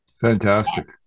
Fantastic